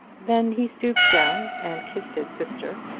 then he stooped down and kissed his sister,